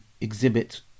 exhibit